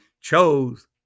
chose